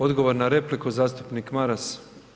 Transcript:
Odgovor na repliku zastupnik Maras.